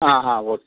ಹಾಂ ಹಾಂ ಓಕ್